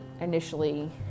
initially